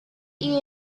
year